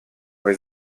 bei